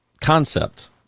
concept